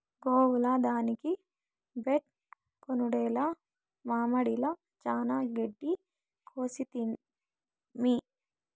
గోవుల దానికి బైట కొనుడేల మామడిల చానా గెడ్డి కోసితిమి